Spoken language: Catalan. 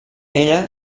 ella